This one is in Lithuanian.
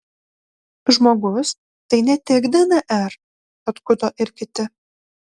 žmogus tai ne tik dnr atkuto ir kiti